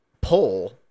pull